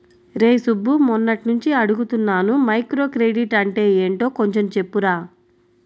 రేయ్ సుబ్బు, మొన్నట్నుంచి అడుగుతున్నాను మైక్రోక్రెడిట్ అంటే యెంటో కొంచెం చెప్పురా